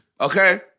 Okay